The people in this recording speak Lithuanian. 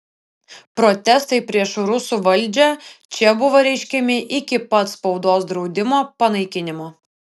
protestai prieš rusų valdžią čia buvo reiškiami iki pat spaudos draudimo panaikinimo